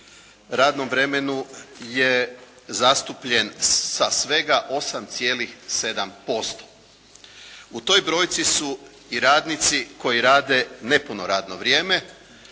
radnom vremenu je zastupljen sa svega 8,7%. U toj brojci su i radnici koji rade nepuno radno vrijeme